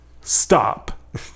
Stop